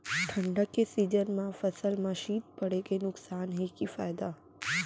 ठंडा के सीजन मा फसल मा शीत पड़े के नुकसान हे कि फायदा?